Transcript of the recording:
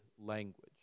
Language